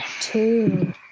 Two